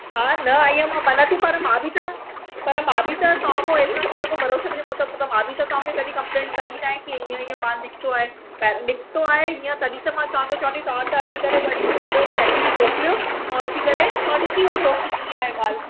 हा न आई आयां मञा थी पर मां बि त पर मां बि त पर मां बि त तव्हां खों एतिरनि सालनि खां भरोसो त मतिलबु मां बि कॾीं तव्हांखे कम्लेंट कई कान कि इअं इअं माल निकितो आ निकितो आहे इअं तॾीं त तव्हां खे चवंदी तव्हां त अची करे वरी खपेव कैंखे बि मोकिलियो अउं अची करे तां ॾिसी वठो कीअं आहे माल